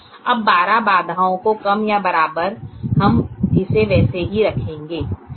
अब 12 बाधाओं को कम या बराबर हम इसे वैसे ही रखेंगे